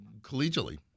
collegially